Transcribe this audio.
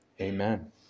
Amen